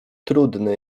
trudny